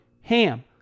HAM